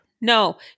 No